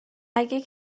اگه